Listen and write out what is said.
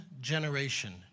generation